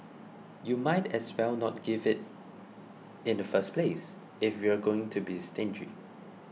you might as well not give it in the first place if you're going to be stingy